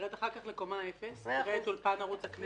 תרד אחר כך לקומה אפס, תראה את אולפן ערוץ הכנסת.